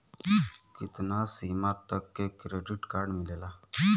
कितना सीमा तक के क्रेडिट कार्ड मिलेला?